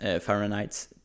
Fahrenheit